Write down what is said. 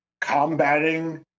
combating